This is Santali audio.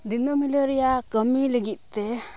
ᱫᱤᱱᱟᱹᱢ ᱦᱤᱞᱳᱜ ᱨᱮᱭᱟᱜ ᱠᱟᱹᱢᱤ ᱞᱟᱹᱜᱤᱫ ᱛᱮ